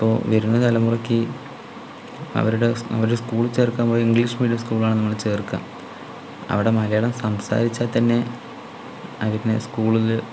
ഇപ്പോൾ വരുന്ന തലമുറക്ക് അവരുടെ അവരുടെ സ്കൂളിൽ ചേർക്കാൻ ഇംഗ്ലീഷ് മീഡിയം സ്കൂളിലാണ് നമ്മൾ ചേർക്കുക അവിടെ മലയാളം സംസാരിച്ചാൽ തന്നെ അവരിനെ സ്കൂളില്